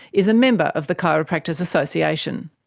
is a member of the chiropractors association.